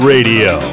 Radio